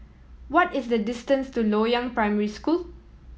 what is the distance to Loyang Primary School